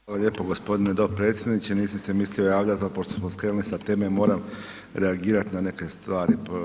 Hvala lijepo g. dopredsjedniče, nisam se mislio javljati ali pošto smo skrenuli sa teme, moramo reagirati na neke stvari.